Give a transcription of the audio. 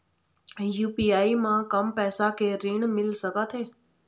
UPI म कम पैसा के ऋण मिल सकथे?